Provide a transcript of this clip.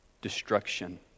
destruction